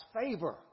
favor